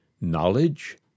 knowledge